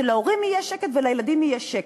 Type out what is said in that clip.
שלהורים יהיה שקט ולילדים יהיה שקט.